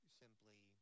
simply